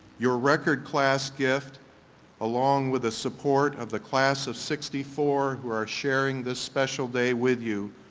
your record class gift along with the support of the class of sixty four who are sharing this special day with you,